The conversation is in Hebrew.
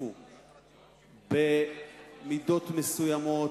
ייאכפו במידות מסוימות,